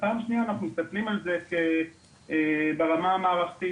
ופעם שנייה אנחנו מסתכלים על זה ברמה המערכתית,